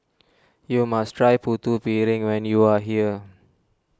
you must try Putu Piring when you are here